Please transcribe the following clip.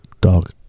Dog